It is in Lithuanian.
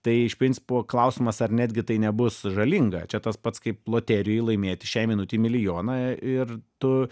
tai iš principo klausimas ar netgi tai nebus žalinga čia tas pats kaip loterijoj laimėti šiai minutei milijoną ir tu